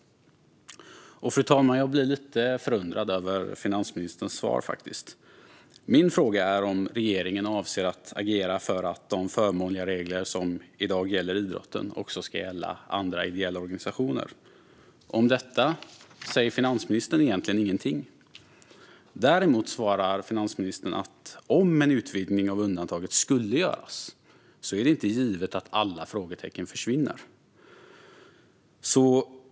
Jag blev lite förundrad av finansministerns svar. Min fråga var om regeringen avser att agera för att de förmånliga regler som i dag gäller idrotten också ska gälla andra ideella organisationer. Om detta sa finansministern egentligen ingenting. Däremot svarade finansministern att det inte är givet att alla frågetecken försvinner om en utvidgning av undantaget skulle göras.